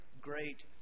great